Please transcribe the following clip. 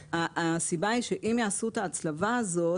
הסיבה היא שאם יעשו את ההצלבה הזאת,